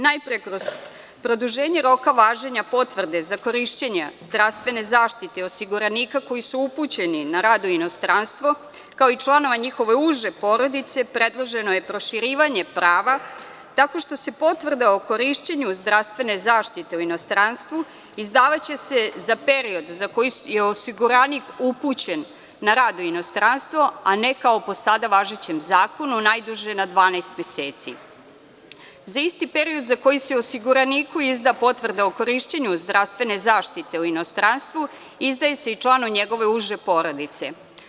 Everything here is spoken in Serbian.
Najpre, kroz produženje roka važenja potvrde za korišćenje zdravstvene zaštite osiguranika koji su upućeni na rad u inostranstvo, kao i članova njihove uže porodice, predloženo je proširivanje prava, tako što se potvrda o korišćenju zdravstvene zaštite u inostranstvu, izdavaće se za period, za koji je osiguranik upućen na rad u inostranstvo, a ne kao po sada važećem zakonu, najduže 12 meseci, za isti period koji se osiguraniku izda potvrda o korišćenju zdravstvene zaštite u inostranstvu, izdaje se i članu njegove uže porodice.